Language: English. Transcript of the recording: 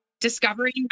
discovering